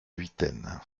huitaine